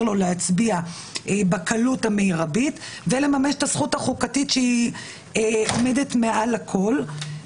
לו להצביע בקלות המרבית ולממש את הזכות החוקתית שעומדת מעל הכול.